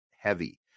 heavy